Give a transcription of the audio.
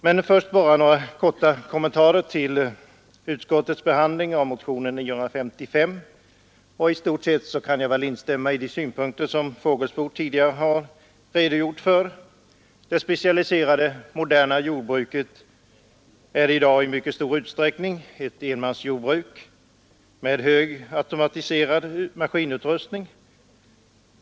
Men först vill jag göra några korta kommentarer till utskottets behandling av motion nr 955. I stort sett kan jag väl instämma i de synpunkter som herr Fågelsbo tidigare har redogjort för. Det specialiserade moderna jordbruket är i dag i mycket stor omfattning ett enmansjordbruk med högt automatiserad maskinutrustning.